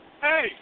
Hey